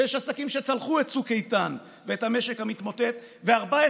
ויש עסקים שצלחו את צוק איתן ואת המשק המתמוטט ו-14